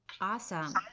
Awesome